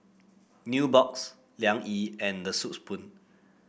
Nubox Liang Yi and The Soup Spoon